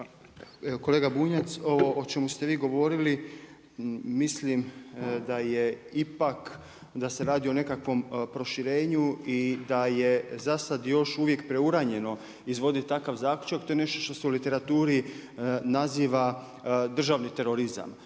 Kolega Bunjac ovo o čemu ste vi govorili, mislim da je ipak, da se radi o nekakvom proširenju i da je za sada još uvijek preuranjeno izvoditi takav zaključak, to je nešto što se u literaturi naziva državni terorizam.